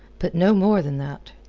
but no more than that.